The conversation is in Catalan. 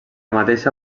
mateixa